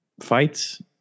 fights